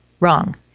Wrong